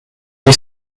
ich